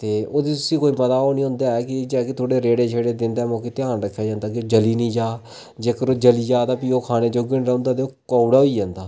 ते उसी कोई ओह् पता निं होंदा ऐ कि ते इ'यै कि उसी रेड़े दिंदे होई ध्यान रक्खेआ जंदा कि जली निं जा ते जेकर ओह् जली जा ते फ्ही ओह् खाने जोगा निं रौंह्दा ते ओह् कौड़ा होई जंदा